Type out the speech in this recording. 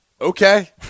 okay